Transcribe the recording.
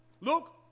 Luke